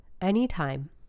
anytime